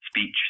speech